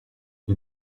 une